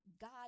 God